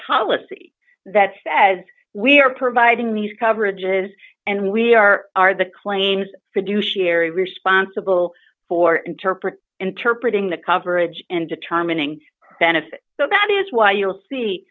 policy that says we are providing these coverages and we are are the claims for do sherry responsible for interpret interpret ing the coverage and determining benefit so that is why you'll see